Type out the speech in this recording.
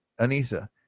Anissa